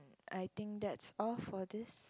I think that's all for this